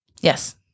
Yes